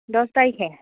দছ তাৰিখে